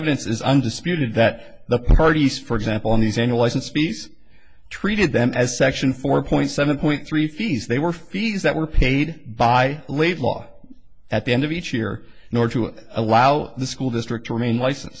evidence is undisputed that the parties for example on these in a license piece treated them as section four point seven point three fees they were fees that were paid by laidlaw at the end of each year in order to allow the school district to remain license